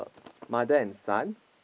mother and son